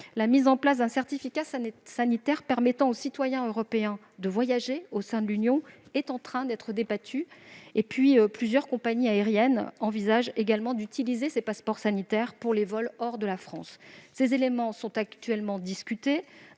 la mise en place d'un certificat sanitaire permettant aux citoyens européens de voyager au sein de l'Union européenne est en train d'être débattue. Plusieurs compagnies aériennes envisagent également d'utiliser ces passeports sanitaires pour les vols hors de France. Ces éléments sont actuellement discutés